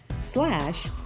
slash